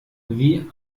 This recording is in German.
wie